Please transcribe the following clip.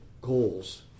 goals